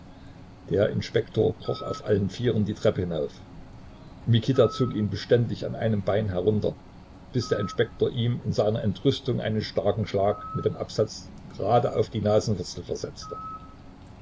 der inspektor kroch auf allen vieren die treppe hinauf mikita zog ihn beständig an einem bein herunter bis der inspektor ihm in seiner entrüstung einen starken schlag mit dem absatz grade auf die nasenwurzel versetzte